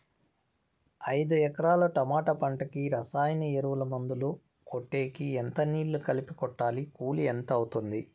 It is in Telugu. ఐదు ఎకరాల టమోటా పంటకు రసాయన ఎరువుల, మందులు కొట్టేకి ఎంత నీళ్లు కలిపి కొట్టాలి? కూలీ ఎంత అవుతుంది?